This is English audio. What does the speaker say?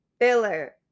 filler